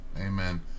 Amen